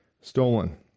stolen